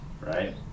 right